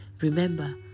Remember